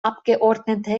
abgeordnete